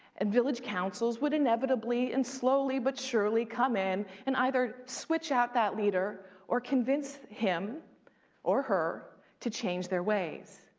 and village councils would inevitably and slowly but surely come in and either switch out that leader or convince him or her to change their ways.